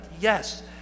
yes